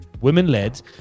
women-led